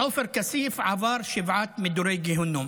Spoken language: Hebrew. עופר כסיף עבר שבעה מדורי גיהינום